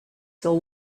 till